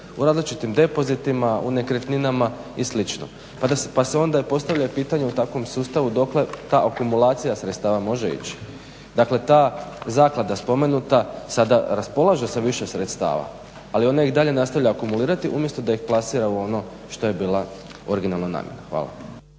u različitim depozitima, u nekretninama i sl. Pa se onda postavlja pitanje takvom sustavu dokle ta akumulacija sredstava može ići? Dakle, ta zaklada spomenuta sada raspolaže sa više sredstava, ali ona i dalje nastavlja akumulirati umjesto da ih plasira u ono što je bila originalna namjera. Hvala.